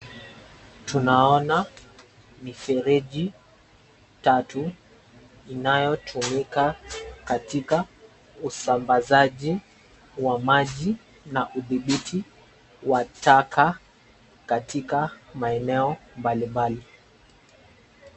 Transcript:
Tunaona mifereji tatu inayotumika katika usambazaji wa maji na udhibiti wa taka katika maeneo mbalimbali.